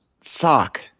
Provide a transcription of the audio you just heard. sock